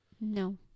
No